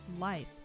life